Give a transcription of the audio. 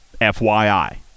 FYI